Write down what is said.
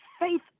faith